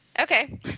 Okay